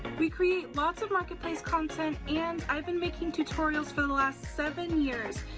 we create lots of market place content, and i've been making tutorials for the last seven years.